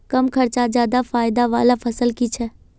कम खर्चोत ज्यादा फायदा वाला फसल की छे?